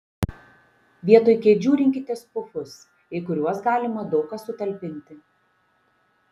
vietoj kėdžių rinkitės pufus į kuriuos galima daug ką sutalpinti